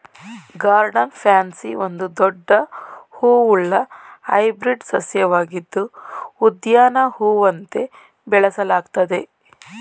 garden pansy ಒಂದು ದೊಡ್ಡ ಹೂವುಳ್ಳ ಹೈಬ್ರಿಡ್ ಸಸ್ಯವಾಗಿದ್ದು ಉದ್ಯಾನ ಹೂವಂತೆ ಬೆಳೆಸಲಾಗ್ತದೆ